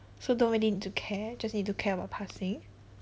so don't really need to care just need to care about passing